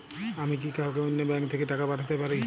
আমি কি কাউকে অন্য ব্যাংক থেকে টাকা পাঠাতে পারি?